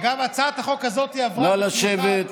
אגב, הצעת החוק הזאת עברה בתמיכת, נא לשבת.